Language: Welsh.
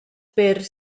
byr